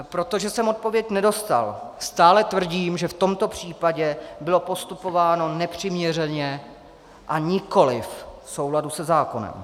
Protože jsem odpověď nedostal, stále tvrdím, že v tomto případě bylo postupováno nepřiměřeně, a nikoliv v souladu se zákonem.